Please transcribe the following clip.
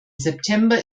september